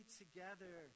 together